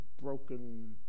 broken